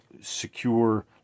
secure